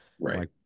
Right